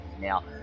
Now